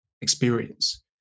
experience